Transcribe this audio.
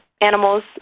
animals